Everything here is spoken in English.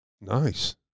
Nice